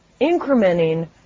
incrementing